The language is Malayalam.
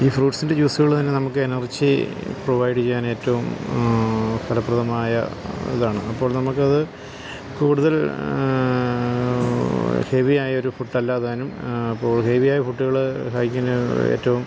ഈ ഫ്രൂട്ട്സിൻ്റെ ജ്യൂസ്സ്കള് തന്നെ നമുക്ക് എനർജി പ്രൊവൈഡ് ചെയ്യാൻ ഏറ്റവും ഫലപ്രദമായ ഇതാണ് അപ്പോൾ നമുക്കത് കൂടുതൽ ഹെവിയായൊരു ഫുഡ്ഡ് അല്ലതാനും അപ്പോൾ ഹെവിയായ ഫുഡ്ഡ്കൾ കഴിക്കുന്നത് ഏറ്റവും